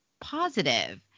positive